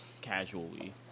casually